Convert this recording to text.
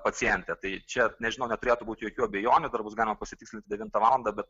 pacientė tai čia nežinau neturėtų būt jokių abejonių dar bus galima pasitikslint devintą valandą bet